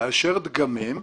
לאשר דגמים,